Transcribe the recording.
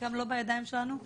חלקם לא בידיים שלנו,